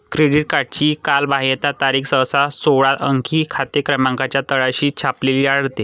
credit कार्डची कालबाह्यता तारीख सहसा सोळा अंकी खाते क्रमांकाच्या तळाशी छापलेली आढळते